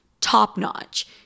top-notch